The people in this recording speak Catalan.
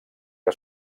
que